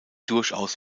durchaus